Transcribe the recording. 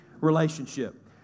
relationship